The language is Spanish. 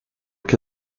que